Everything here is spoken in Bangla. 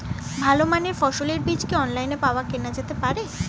ভালো মানের ফসলের বীজ কি অনলাইনে পাওয়া কেনা যেতে পারে?